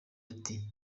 ati